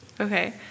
Okay